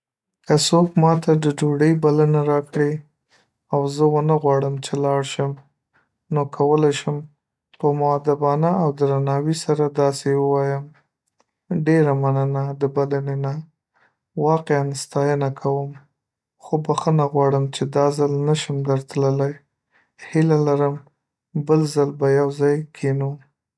که څوک ماته د ډوډۍ بلنه راکړي او زه ونغواړم چې لاړشم، نو کولی شم په مؤدبانه او درناوي سره داسې ووایم: ډیره مننه د بلنې نه، واقعاً ستاینه کوم، خو بښنه غواړم چې دا ځل نه شم درتللی. هیله لرم بل ځل به یو ځای کینو.